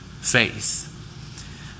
faith